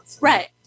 Right